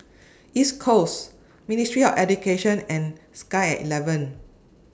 East Coast Ministry of Education and Sky eleven